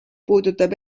puudutab